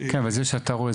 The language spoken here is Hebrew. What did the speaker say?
אבל זה שאתה רואה,